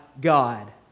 God